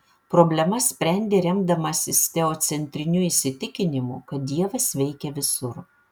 problemas sprendė remdamasis teocentriniu įsitikinimu kad dievas veikia visur